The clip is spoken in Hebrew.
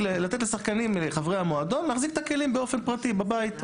לשחקנים חברי המועדון להחזיק את הכלים באופן פרטי בבית,